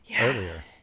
earlier